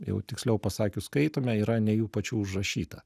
jau tiksliau pasakius skaitome yra ne jų pačių užrašyta